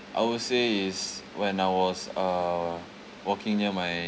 I would say is when I was uh walking near my